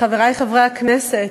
חברי חברי הכנסת,